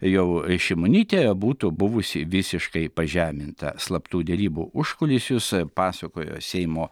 jau šimonytė būtų buvusi visiškai pažeminta slaptų derybų užkulisius pasakojo seimo